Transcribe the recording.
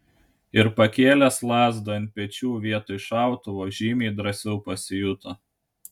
ir pakėlęs lazdą ant pečių vietoj šautuvo žymiai drąsiau pasijuto